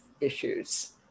issues